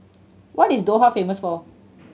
what is Doha famous for